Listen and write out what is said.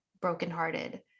brokenhearted